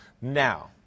Now